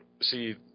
see